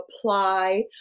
apply